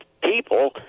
people